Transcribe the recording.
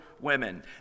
women